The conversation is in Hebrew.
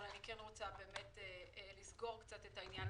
אבל אני כן רוצה לסגור קצת את העניין.